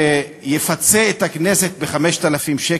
שיפצה את הכנסת ב-5,000 שקל?